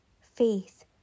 Faith